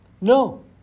No